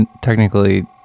technically